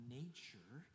nature